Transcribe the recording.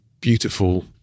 beautiful